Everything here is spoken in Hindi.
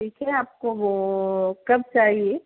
ठीक है आपको वो कब चाहिए